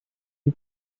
die